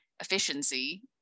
efficiency